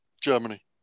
Germany